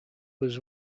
was